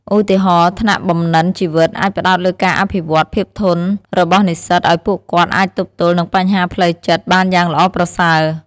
ឧទាហរណ៍ ថ្នាក់បំណិនជីវិតអាចផ្តោតលើការអភិវឌ្ឍន៍ភាពធន់របស់និស្សិតឱ្យពួកគាត់អាចទប់ទល់នឹងបញ្ហាផ្លូវចិត្តបានយ៉ាងល្អប្រសើរ។